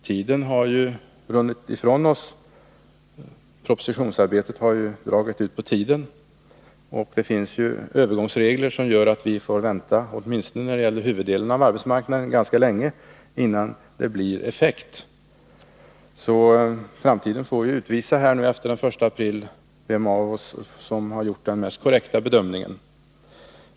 Tiden har runnit ifrån oss. Propositionsarbetet har ju dragit ut på tiden, och det finns övergångsregler som gör att vi åtminstone när det gäller huvuddelen av arbetsmarknaden får vänta ganska länge innan den nya lagen får någon effekt. Efter den 1 april får framtiden utvisa vem av oss som har gjort den mest korrekta bedömningen.